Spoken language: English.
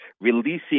releasing